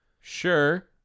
Sure